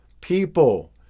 people